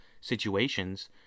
situations